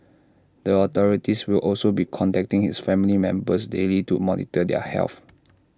the authorities will also be contacting his family members daily to monitor their health